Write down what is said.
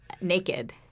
naked